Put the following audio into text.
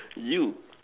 you